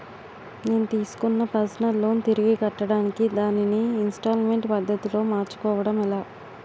నేను తిస్కున్న personal loan తిరిగి కట్టడానికి దానిని ఇంస్తాల్మేంట్ పద్ధతి లో మార్చుకోవడం ఎలా?